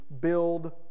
build